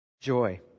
Joy